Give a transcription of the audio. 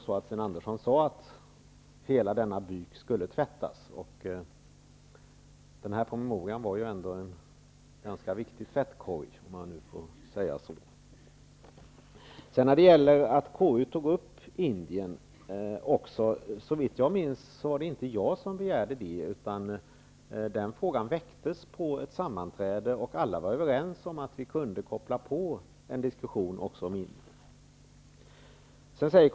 Sten Andersson sade ju att hela denna byk skulle tvättas, och denna promemoria var ändå en ganska viktig tvättkorg, om man får säga så. Såvitt jag minns var det inte jag som begärde att KU skulle ta upp Indienaffären. Den frågan väcktes på ett sammanträde, och alla var överens om att vi så att säga kunde koppla på en diskussion också om denna fråga.